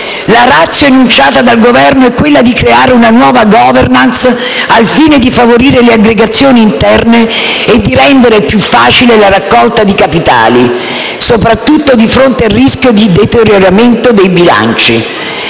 La *ratio* enunciata dal Governo è quella di creare una nuova *governance* al fine di favorire le aggregazioni interne e di rendere più facile la raccolta di capitali, soprattutto di fronte al rischio di deterioramento dei bilanci.